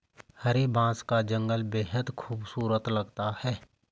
हरे बांस का जंगल बेहद खूबसूरत लगता है